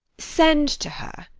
send to her,